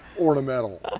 ornamental